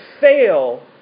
fail